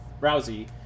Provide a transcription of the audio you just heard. Rousey